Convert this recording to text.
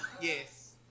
Yes